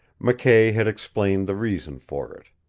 mckay had explained the reason for it.